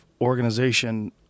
organization